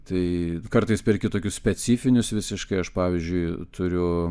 tai kartais perki tokius specifinius visiškai aš pavyzdžiui turiu